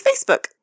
Facebook